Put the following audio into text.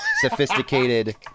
sophisticated